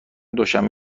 دوشنبه